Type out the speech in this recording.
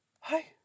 Hi